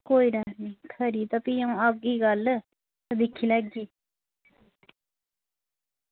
कोई गल्ल निं भी खरी तां अंऊ औगी कल्ल ते दिक्खी लैगी